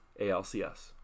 ALCS